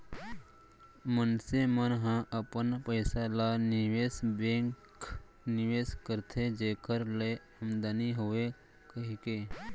मनसे मन ह अपन पइसा ल निवेस बेंक निवेस करथे जेखर ले आमदानी होवय कहिके